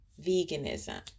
veganism